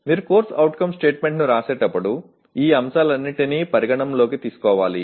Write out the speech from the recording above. మీరు CO స్టేట్మెంట్ను వ్రాసేటప్పుడు ఈ అంశాలన్నింటినీ పరిగణనలోకి తీసుకోవాలి